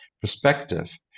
perspective